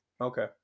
Okay